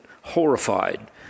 horrified